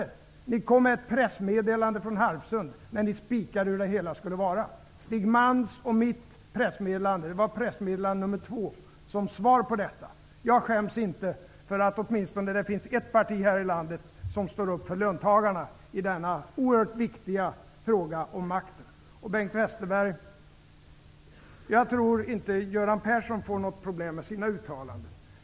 Jo, ni kom med ett pressmeddelande från Harpsund, där ni spikade hur det hela skulle gå till. Stig Malms och mitt pressmeddelande, nr 2, kom som ett svar på detta. Jag skäms inte för att det åtminstone finns ett parti här i landet som ställer upp för löntagarna i denna oerhört viktiga fråga om makten. Bengt Westerberg, jag tror inte att Göran Persson får något problem med sina uttalanden.